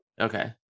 Okay